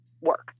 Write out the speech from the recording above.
work